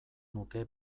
nuke